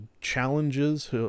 challenges